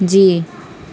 جی